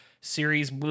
series